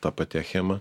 ta pati achema